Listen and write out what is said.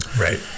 Right